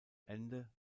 ende